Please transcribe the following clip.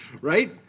Right